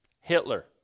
Hitler